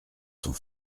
sont